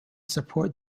support